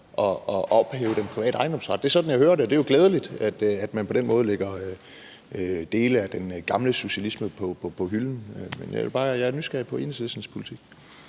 at ophæve den private ejendomsret. Det er sådan, jeg hører det, og det er glædeligt, at man på den måde lægger dele af den gamle socialisme på hylden. Men jeg er nysgerrig på Enhedslistens politik.